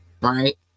right